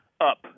up